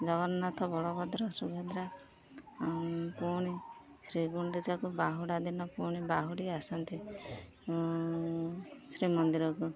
ଜଗନ୍ନାଥ ବଳଭଦ୍ର ସୁଭଦ୍ରା ପୁଣି ଶ୍ରୀ ଗୁଣ୍ଡିଚାକୁ ବାହୁଡ଼ା ଦିନ ପୁଣି ବାହୁଡ଼ି ଆସନ୍ତି ଶ୍ରୀମନ୍ଦିରକୁ